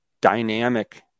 dynamic